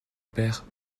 père